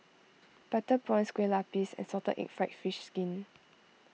Butter Prawns Kueh Lupis and Salted Egg Fried Fish Skin